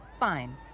fine,